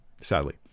sadly